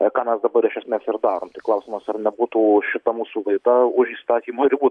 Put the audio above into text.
ką mes dabar iš esmės ir darom klausimas ar nebūtų šita mūsų laida už įstatymo ribų